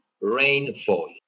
rainfall